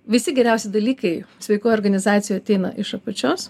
visi geriausi dalykai sveikoj organizacijoj ateina iš apačios